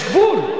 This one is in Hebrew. יש גבול.